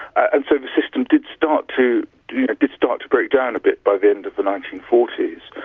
and so the system did start to did start to break down a bit by the end of the nineteen forty s.